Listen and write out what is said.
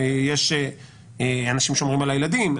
יש אנשים ששומרים על ילדים,